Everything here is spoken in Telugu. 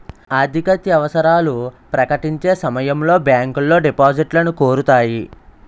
ఆర్థికత్యవసరాలు ప్రకటించే సమయంలో బ్యాంకులో డిపాజిట్లను కోరుతాయి